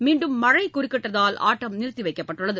மீண்டும் மழை குறுக்கிட்டதால் ஆட்டம் நிறுத்தி வைக்கப்பட்டுள்ளது